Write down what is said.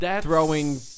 Throwing